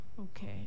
Okay